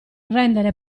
rendere